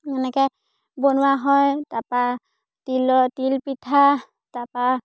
এনেকৈ বনোৱা হয় তাৰপৰা তিলৰ তিলপিঠা তাৰপৰা